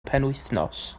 penwythnos